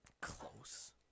Close